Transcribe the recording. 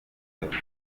bwihuse